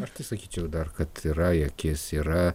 aš tai sakyčiau dar kad yra į akis yra